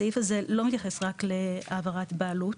הסעיף הזה לא מתייחס רק להעברת בעלות.